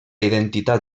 identitat